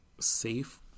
safe